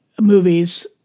movies